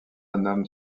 nomme